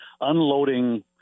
unloading